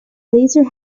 laser